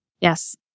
Yes